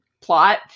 plot